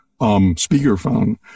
speakerphone